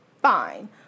Fine